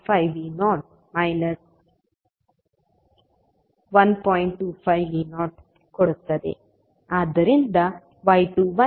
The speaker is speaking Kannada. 25V0 ಆದುದರಿಂದ y21I2V11